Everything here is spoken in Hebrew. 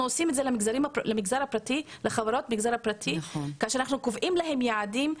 אנחנו עושים את זה לחברות המגזר הפרטי כאשר אנחנו קובעים להן יעדים,